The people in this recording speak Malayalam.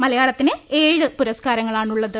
മലയാളത്തിന് ഏഴ് പുരസ്കാരങ്ങളാണുള്ളത്